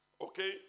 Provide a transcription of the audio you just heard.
Okay